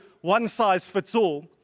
one-size-fits-all